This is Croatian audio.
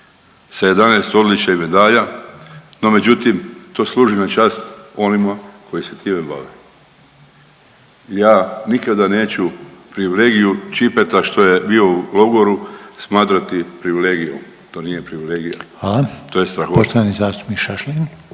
sa 11 odličja i medalja. No međutim, to služi na čast onima koji se time bave. Ja nikada neću privilegiju Ćipeta što je bio u logoru smatrati privilegijom. To nije privilegija, to je strahota. **Reiner, Željko